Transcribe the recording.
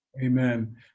Amen